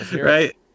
right